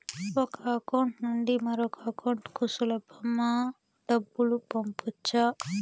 ఒక అకౌంట్ నుండి మరొక అకౌంట్ కు సులభమా డబ్బులు పంపొచ్చా